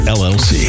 llc